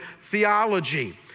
theology